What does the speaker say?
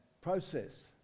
process